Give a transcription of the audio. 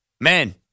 Man